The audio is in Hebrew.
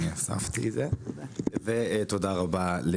ותודה רבה,